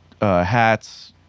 hats